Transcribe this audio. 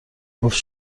گفت